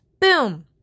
Boom